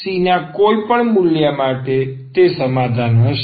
C ના કોઈપણ મૂલ્ય માટે તે સમાધાન હશે